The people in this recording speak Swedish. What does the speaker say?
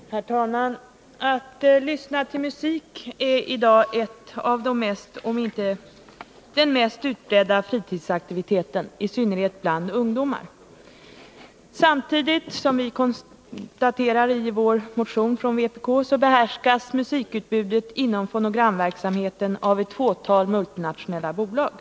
Herr talman! Att lyssna till musik är i dag en av de mest utbredda fritidsaktiviteterna — om inte den mest utbredda — i synnerhet bland ungdomar. Samtidigt behärskas musikutbudet inom fonogramverksamheten av ett fåtal multinationella bolag.